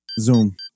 Zoom